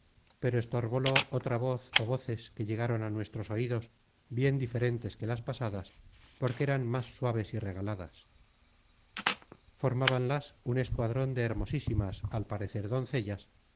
pero estorbólo otra voz ó voces que llegaron a nuestros oidos bien diferentes que las pasadas porque eran más suaves y regaladas formábanlas un escuadron de hermosísimas al parecer doncellas